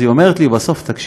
בסוף היא אומרת לי: תקשיב,